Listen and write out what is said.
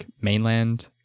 mainland